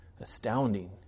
Astounding